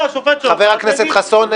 השופט שוחט יגיד --- חבר הכנסת חסון,